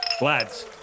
Lads